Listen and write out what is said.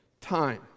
time